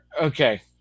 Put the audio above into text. okay